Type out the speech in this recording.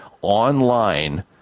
online